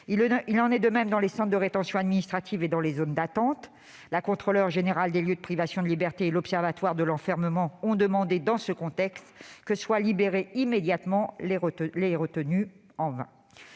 Il en est de même dans les centres de rétention administrative et dans les zones d'attente : la Contrôleure générale des lieux de privation de liberté et l'Observatoire de l'enfermement des étrangers ont demandé dans ce contexte que soient libérés immédiatement les retenus. En vain